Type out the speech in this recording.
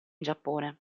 giappone